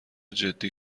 جدی